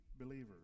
believers